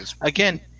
again